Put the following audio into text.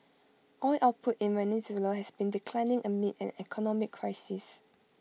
oil output in Venezuela has been declining amid an economic crisis